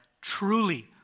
truly